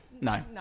No